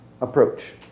approach